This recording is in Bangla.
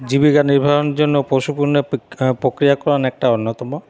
জীবিকা নির্বাহের জন্য পশুপণ্যের প্রক্রিয়াকরণ একটা অন্যতম